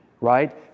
right